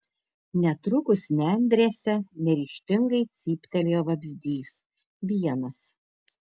netrukus nendrėse neryžtingai cyptelėjo vabzdys vienas